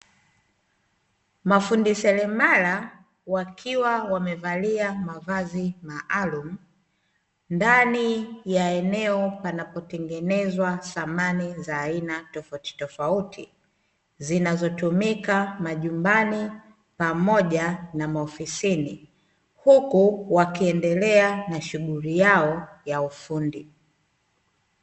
Mafundi seremala wakiwa wamevalia mavazi maalumu ndani ya eneo panapotengenezwa samani aina tofautitofauti, zinazotumika majumbani pamoja na maofisini huku wakiendelea na shughuli yao ya ufundi.